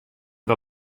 der